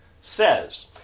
says